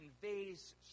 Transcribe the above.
conveys